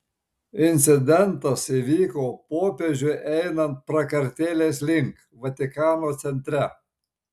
incidentas įvyko popiežiui einant prakartėlės link vatikano centre